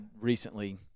recently